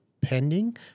pending